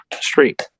street